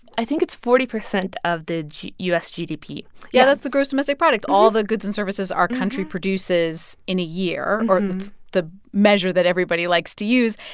i think it's forty percent of the u s. gdp yeah, that's the gross domestic product, all the goods and services our country produces in a year or and the measure that everybody likes to use.